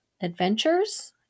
adventures